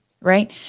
right